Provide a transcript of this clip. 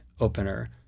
opener